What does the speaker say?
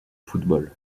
football